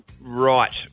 Right